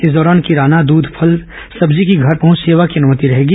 इन दौरान किरोना दुध फल सब्जी की घर पहुंच सेवा की अनुमति रहेगी